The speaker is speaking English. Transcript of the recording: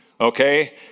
okay